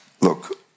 Look